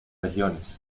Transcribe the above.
regiones